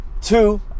Two